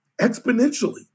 exponentially